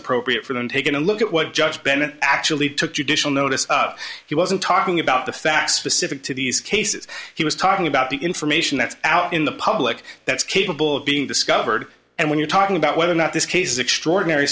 appropriate for them taking a look at what judge bennett actually took judicial notice of he wasn't talking about the facts specific to these cases he was talking about the information that's out in the public that's capable of being discovered and when you're talking about whether or not this case is extraordinary